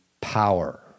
power